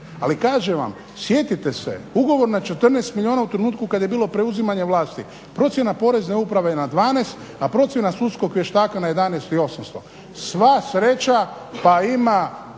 Ali kažem vam sjetite se ugovor na 14 milijuna u trenutku kad je bilo preuzimanje vlasti. Procjena Porezne uprave je na 12, a procjena sudskog vještaka na 11,8. Sva sreća pa ima